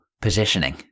positioning